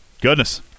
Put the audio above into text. goodness